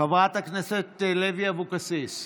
חברת הכנסת לוי אבקסיס,